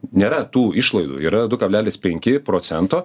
nėra tų išlaidų yra du kablelis penki procento